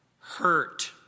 hurt